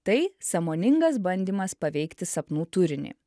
tai sąmoningas bandymas paveikti sapnų turinį